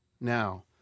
Now